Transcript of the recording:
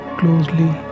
closely